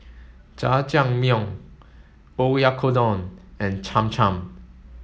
Jajangmyeon Oyakodon and Cham Cham